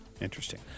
interesting